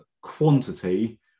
quantity